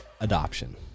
adoption